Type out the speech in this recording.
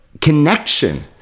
Connection